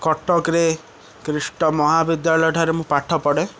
କଟକରେ ଖ୍ରୀଷ୍ଟ ମହାବିଦ୍ୟାଳୟ ଠାରେ ମୁଁ ପାଠ ପଢ଼େ